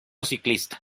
ciclista